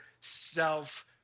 self